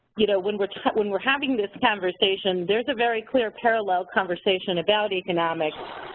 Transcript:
you know, when we're when we're having this conversation there's a very clear parallel conversation about economics.